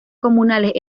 comunales